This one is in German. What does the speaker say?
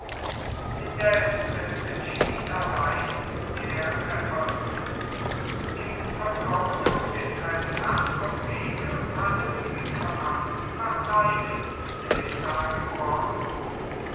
indes es entschied allein der erfolg im vertrauen auf den feldherrn pompeius hatte die verfassungspartei mit caesar gebrochen